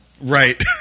Right